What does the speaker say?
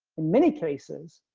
in many cases,